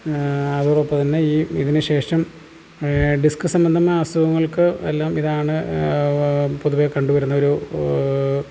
അതോടൊപ്പം തന്നെ ഈ ഇതിന് ശേഷം ഡിസ്ക് സംബന്ധമായ അസുഖങ്ങൾക്ക് എല്ലാം ഇതാണ് പൊതുവെ കണ്ട് വരുന്നൊരു